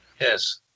Yes